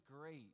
great